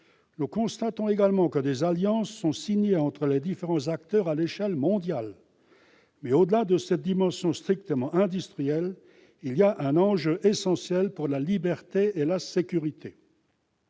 Nous constatons également que des alliances sont signées entre les différents acteurs à l'échelle mondiale. Mais, au-delà de cette dimension strictement industrielle, il y a un enjeu essentiel en matière de liberté et de sécurité.